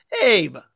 Abe